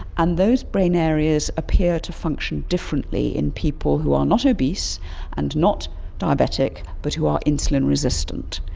and those brain areas appear to function differently in people who are not obese and not diabetic but who are insulin resistant.